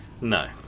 No